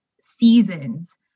seasons